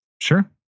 Sure